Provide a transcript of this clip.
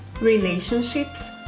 relationships